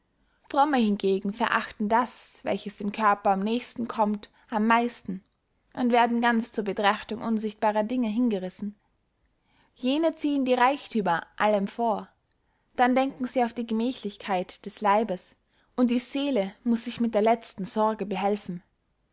fromme hingegen verachten das welches dem körper am nächsten kömmt am meisten und werden ganz zur betrachtung unsichtbarer dinge hingerissen jene ziehen die reichthümer allem vor dann denken sie auf die gemächlichkeit des leibes und die seele muß sich mit der letzten sorge behelfen